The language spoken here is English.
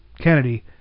Kennedy